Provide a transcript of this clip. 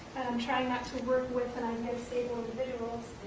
trying not to work with stable individuals,